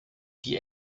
die